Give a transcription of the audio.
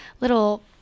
little